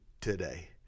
today